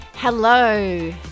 Hello